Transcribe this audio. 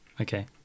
Okay